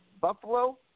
Buffalo